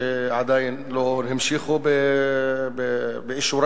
שעדיין לא המשיכו באישורה,